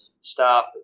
staff